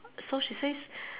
so she says